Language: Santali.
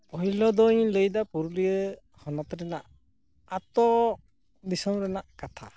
ᱯᱳᱭᱞᱳ ᱫᱩᱧ ᱞᱟᱹᱭ ᱮᱫᱟ ᱯᱩᱨᱩᱞᱤᱭᱟᱹ ᱦᱚᱱᱚᱛ ᱨᱮᱱᱟᱜ ᱟᱹᱛᱩ ᱫᱤᱥᱚᱢ ᱨᱮᱱᱟᱜ ᱠᱟᱛᱷᱟ